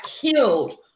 killed